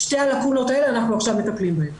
שתי הלקונות האלה, אנחנו עכשיו מטפלים בהן.